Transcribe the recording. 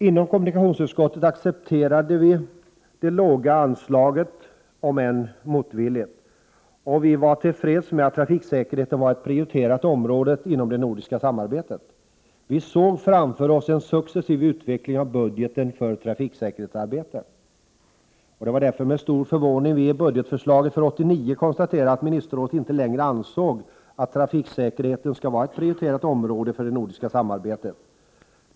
Inom kommunikationsutskottet accepterade vi det låga anslaget, om än motvilligt, och var tillfreds med att trafiksäkerheten var ett prioriterat område inom det nordiska samarbetet. Vi såg framför oss en successiv utveckling av budgeten för trafiksäkerhetsarbete. Det var därför med stor förvåning vi i budgetförslaget för 1989 konstaterade att ministerrådet inte längre ansåg att trafiksäkerheten skulle vara ett prioriterat område för det nordiska samarbetet.